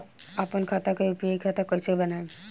आपन खाता के यू.पी.आई खाता कईसे बनाएम?